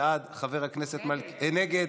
נגד,